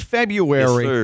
February